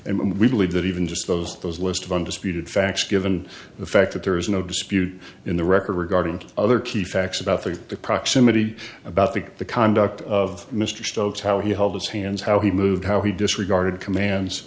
and we believe that even just those those list of undisputed facts given the fact that there is no dispute in the record regarding other key facts about the proximity about the the conduct of mr stokes how he held his hands how he moved how he disregarded commands